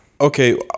Okay